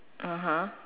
(uh huh)